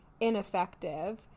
ineffective